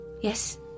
Yes